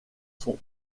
sont